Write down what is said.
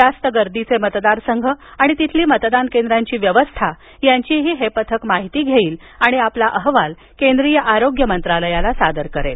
जास्त गर्दीचे मतदारसंघ आणि तिथली मतदान केंद्रांची व्यवस्था यांचीही हे पथक माहिती घेईल आणि आपला अहवाल केंद्रीय आरोग्य मंत्रालयाला सादर करेल